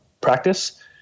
practice